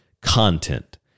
content